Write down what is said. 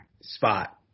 spot